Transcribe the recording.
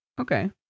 Okay